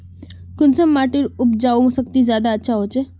कुंसम माटिर उपजाऊ शक्ति ज्यादा अच्छा होचए?